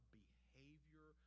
behavior